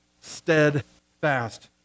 steadfast